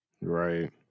Right